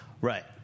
Right